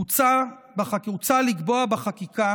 הוצע לקבוע בחקיקה